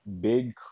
Big